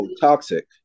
toxic